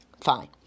fine